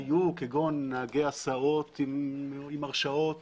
כגון: נהגי הסעות עם הרשעות